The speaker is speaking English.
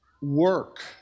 work